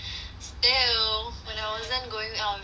still when I wasn't going out with you all